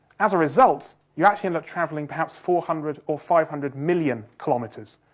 as a result, you actually end up travelling perhaps four hundred or five hundred million kilometres.